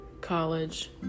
college